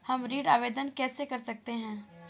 हम ऋण आवेदन कैसे कर सकते हैं?